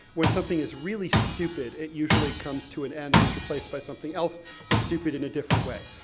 when something is really stupid, it usually comes to an end, and is replaced by something else that's stupid in a different way.